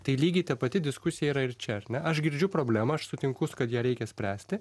tai lygiai ta pati diskusija yra ir čia ar ne aš girdžiu problemą aš sutinku kad ją reikia spręsti